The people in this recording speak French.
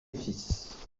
fils